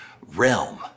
realm